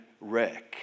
wreck